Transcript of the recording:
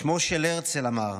"שמו של הרצל", אמר,